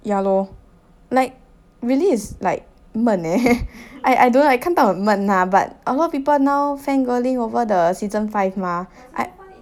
yeah lor like really is like 闷 eh I I don't know I 看到闷 lah but a lot of people now fangirling over the season five mah I